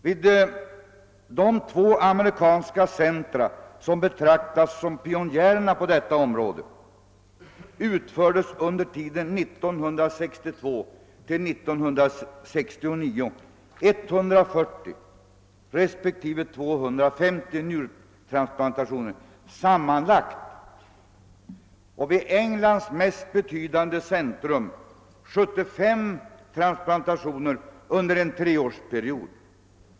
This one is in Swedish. Vid de två amerikanska centra som betraktas som pionjärer på detta område utfördes under tiden 1962— 1969 140 respektive 250 njurtransplantationer sammanlagt. Vid Englands mest betydande centrum utfördes :75 transplantationer under en treårsperiod.